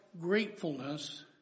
Gratefulness